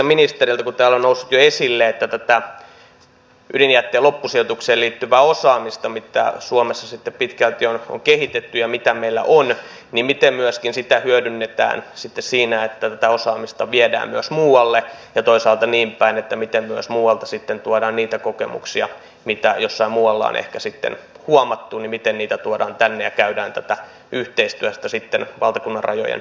kun täällä on noussut jo esille tätä ydinjätteen loppusijoitukseen liittyvää osaamista mitä suomessa pitkälti on kehitetty ja mitä meillä on niin miten sitä hyödynnetään sitten myöskin siinä että tätä osaamista viedään myös muualle ja toisaalta miten muualta tuodaan sitten tänne niitä kokemuksia mitä jossain muualla on ehkä sitten huomattu ja käydään tätä yhteistyötä sitten valtakunnan rajojen ulkopuolellakin